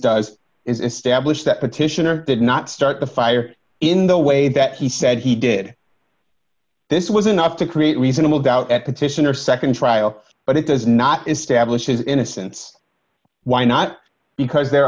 does is establish that petitioner did not start the fire in the way that he said he did this was enough to create reasonable doubt at petitioner nd trial but it does not establish his innocence why not because there